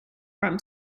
from